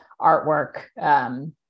artwork